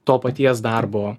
to paties darbo